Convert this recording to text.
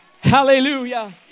Hallelujah